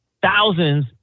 Thousands